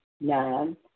Nine